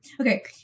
Okay